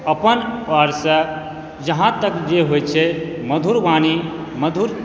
अपन ओरसँ जहाँ तक जे होइ छै मधुर वाणी मधुर